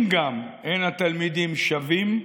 גם אם אין התלמידים שווים,